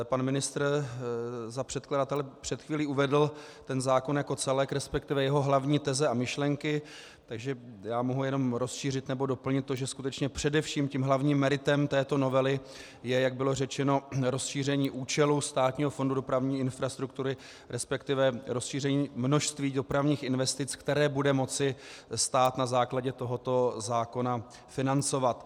Pan ministr za předkladatele před chvílí uvedl zákon jako celek, resp. jeho hlavní teze a myšlenky, takže já mohu jenom rozšířit nebo doplnit to, že skutečně hlavním meritem této novely je, jak bylo řečeno, rozšíření účelu Státního fondu dopravní infrastruktury, resp. rozšíření množství dopravních investic, které bude moci stát na základě tohoto zákona financovat.